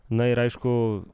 na ir aišku